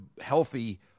healthy